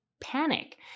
panic